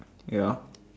ya